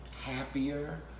happier